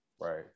Right